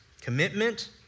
Commitment